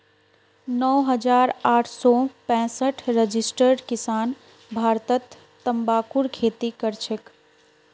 नौ हजार आठ सौ पैंसठ रजिस्टर्ड किसान भारतत तंबाकूर खेती करछेक